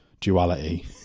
Duality